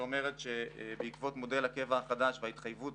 שאומרת שבעקבות מודל הקבע החדש וההתחייבות